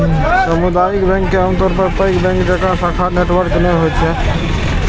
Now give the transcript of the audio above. सामुदायिक बैंक के आमतौर पर पैघ बैंक जकां शाखा नेटवर्क नै होइ छै